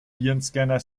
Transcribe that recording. virenscanner